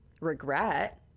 regret